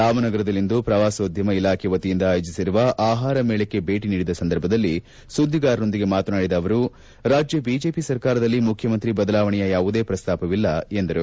ರಾಮನಗರದಲ್ಲಿಂದು ಪ್ರವಾಸೋದ್ಯಮ ಇಲಾಖೆ ವತಿಯಿಂದ ಅಯೋಜಿಬರುವ ಆಹಾರ ಮೇಳಕ್ಕೆ ಭೇಟ ನೀಡಿದ ಸಂದರ್ಭದಲ್ಲಿ ಸುದ್ದಿಗಾರರೊಂದಿಗೆ ಮಾತನಾಡಿದ ಅವರು ರಾಜ್ಯ ಬಿಜೆಪಿ ಸರ್ಕಾರದಲ್ಲಿ ಮುಖ್ಯಮಂತ್ರಿ ಬದಲಾವಣೆಯ ಯಾವುದೇ ಪ್ರಸ್ತಾಪವಿಲ್ಲ ಎಂದರು